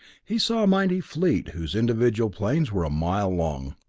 he saw a mighty fleet whose individual planes were a mile long,